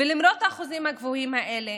ולמרות האחוזים הגבוהים האלה,